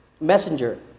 messenger